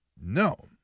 No